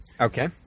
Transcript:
Okay